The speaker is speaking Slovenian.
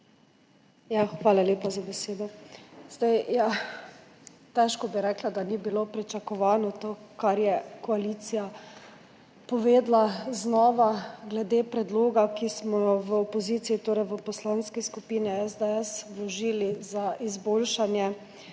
Hvala lepa za besedo. Ja, težko bi rekla, da ni bilo pričakovano to, kar je koalicija znova povedala glede predloga, ki smo ga v opoziciji, torej v Poslanski skupini SDS, vložili za izboljšanje